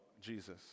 Jesus